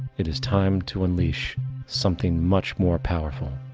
it is time to unleash something much more powerful.